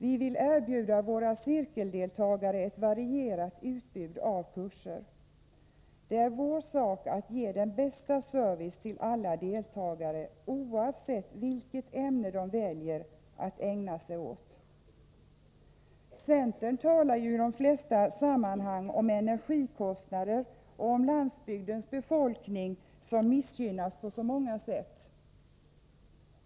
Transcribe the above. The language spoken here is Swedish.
Vi vill erbjuda våra cirkeldeltagare ett varierat utbud av kurser. Det är vår sak att ge den bästa service till alla deltagare oavsett vilket ämne de väljer att ägna sig åt. Centern talar i de flesta sammanhang om energikostnader och om landsbygdens befolkning som missgynnas på så många sätt.